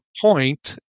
point